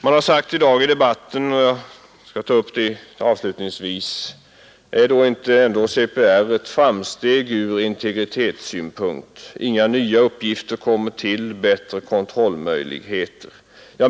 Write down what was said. Man har — sagt i debatten här i dag: Innebär inte CPR ändå ett framsteg ur integritetssynpunkt? Inga nya uppgifter kommer ju till och det blir bättre kontrollmöjligheter.